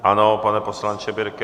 Ano, pane poslanče Birke.